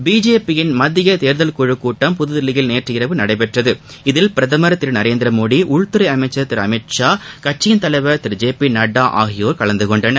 பிஜேபியின் மத்திய தேர்தல் குழக்கூட்டம் புதுதில்லியில் நேற்றிரவு நடைபெற்றது இதில் பிரதமர் திரு நரேந்திரமோடி உள்துறை அமைச்சர் திரு அமித் ஷா கட்சியின் தலைவர் திரு ஜே பி நட்டா ஆகியோர் கலந்துகொண்டனர்